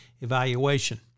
evaluation